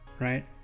Right